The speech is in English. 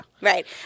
Right